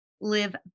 live